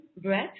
breath